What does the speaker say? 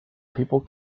people